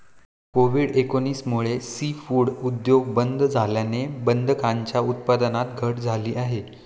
Covid एकोणीस मुळे seafood उद्योग बंद झाल्याने बदकांच्या उत्पादनात घट झाली आहे